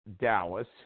Dallas